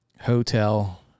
hotel